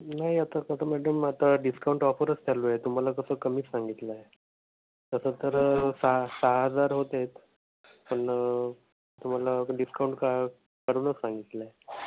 नाही आता कसं मॅडम आता डिस्काउंट ऑफरच चालू आहे तुम्हाला तसं कमीच सांगितलं आहे तसं तर सहा सहा हजार होतात पण तुम्हाला डिस्काउंट का काढूनच सांगितलं आहे